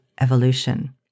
evolution